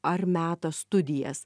ar meta studijas